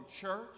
church